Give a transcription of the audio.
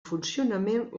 funcionament